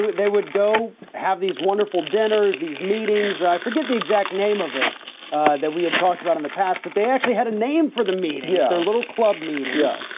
they would go have these wonderful dinners, these meetings, i forget the exact name of it that we had talked about in the past, but they actually had a name for the meetings, their little club meetings, yeah